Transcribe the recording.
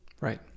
Right